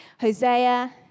Hosea